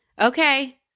Okay